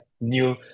new